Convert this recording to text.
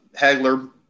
Hagler